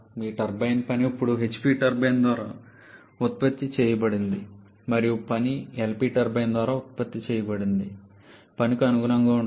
మీ turbine పని ఇప్పుడు HP turbine ద్వారా ఉత్పత్తి చేయబడిన పని మరియు LP టర్బైన్ ద్వారా ఉత్పత్తి చేయబడిన పనికి అనుగుణంగా ఉంటుంది